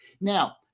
Now